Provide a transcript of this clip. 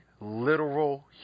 literal